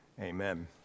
Amen